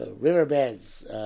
riverbeds